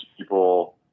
people